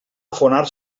afonar